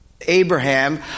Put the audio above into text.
Abraham